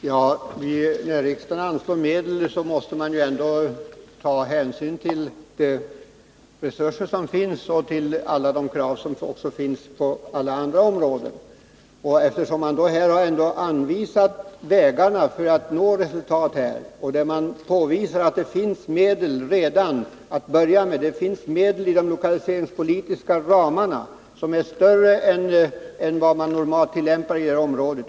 Herr talman! När riksdagen anslår medel måste man ändå ta hänsyn till de resurser som finns och alla de krav som kommer från många olika håll. Man har här ändå anvisat vägarna för att nå resultat. Man har påvisat att det redan finns medel att börja med inom de lokaliseringspolitiska ramarna, som är större än vad man normalt tillämpar i det här området.